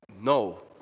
no